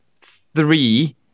three